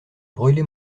brûlé